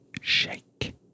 shake